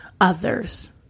others